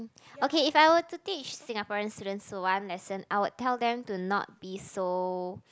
okay if I were to teach Singaporean students one lesson I would tell them to not be so